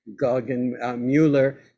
Goggin-Mueller